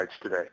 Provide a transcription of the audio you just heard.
today